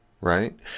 right